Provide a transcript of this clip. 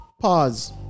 pause